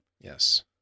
Yes